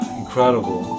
incredible